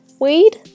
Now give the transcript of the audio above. Weed